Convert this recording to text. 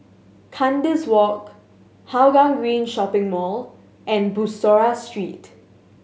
Kandis Walk Hougang Green Shopping Mall and Bussorah Street